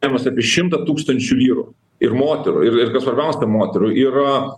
iavimais apie šimtą tūkstančių vyrų ir moterų ir ir kas svarbiausia kad moterų ir